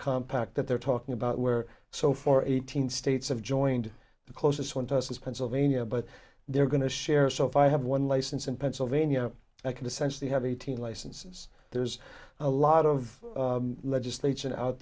compact that they're talking about where so for eighteen states have joined the closest one to us is pennsylvania but they're going to share so if i have one license in pennsylvania i can essentially have eighteen licenses there's a lot of legislation out